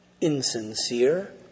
insincere